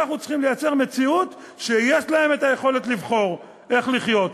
אנחנו צריכים לייצר מציאות שיש להם את היכולת לבחור איך לחיות.